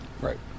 Right